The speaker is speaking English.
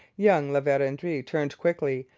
young la verendrye turned quickly,